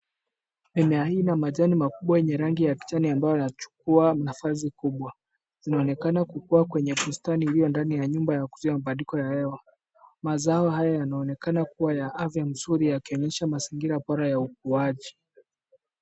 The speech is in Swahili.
Mimea hii ina majani makubwa yenye rangi ya kijani ambayo yachukua nafasi kubwa. Inaonekana kukua kwenye bustani iliyo ndani ya nyumba ya kuzuia mabadiliko ya hewa. Mazao hayo yanaonekana kuwa ya afya nzuri yakionyesha mazingira bora ya ukuaji.